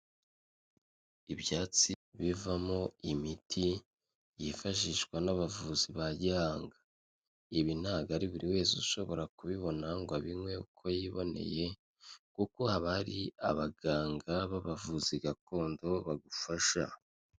ibyatsi bivamo imiti yifashishwa n'abavuzi ba gihanga, ibi ntabwo ari buri wese ushobora kubibona ngo abiNywe uko yiboneye kuko haba hari abaganga b'abavuzi gakondo bagufasha.